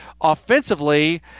offensively